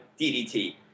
DDT